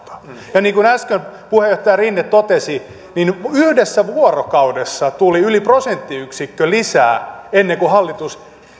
ja niin kuin äsken puheenjohtaja rinne totesi niin yhdessä vuorokaudessa tuli yli prosenttiyksikkö lisää ennen kuin hallitus